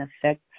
affect